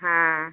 हाँ